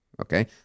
Okay